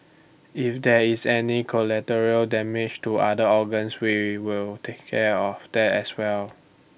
if there is any collateral damage to other organs we will take care of that as well